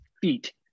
feet